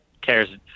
cares